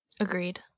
Agreed